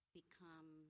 become